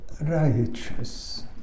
righteous